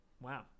Wow